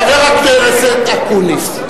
חבר הכנסת אקוניס,